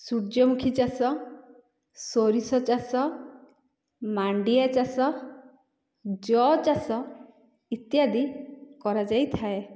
ସୂର୍ଯ୍ୟମୁଖୀ ଚାଷ ସୋରିଷ ଚାଷ ମାଣ୍ଡିଆ ଚାଷ ଯଅ ଚାଷ ଇତ୍ୟାଦି କରାଯାଇଥାଏ